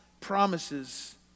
promises